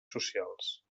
socials